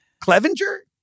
Clevenger